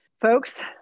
Folks